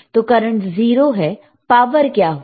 तो करंट 0 है पावर क्या होगा